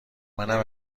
منم